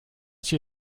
she